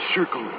Circle